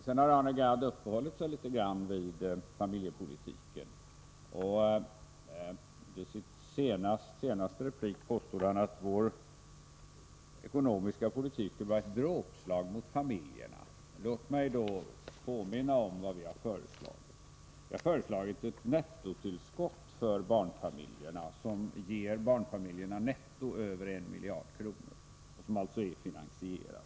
Arne Gadd har uppehållit sig litet grand vid familjepolitiken, och i sin senaste replik påstod han att vår ekonomiska politik skulle vara ett dråpslag mot familjerna. Låt mig påminna om vad vi har föreslagit. Vi har föreslagit ett nettotillskott för barnfamiljerna på över en miljard kronor, vilket är finansierat.